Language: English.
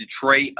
Detroit